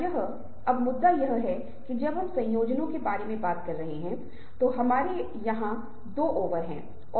यह कुछ विचार देगा कि सत्र की शुरुआत में कक्षा का यह कौशल स्तर कहां तक सही है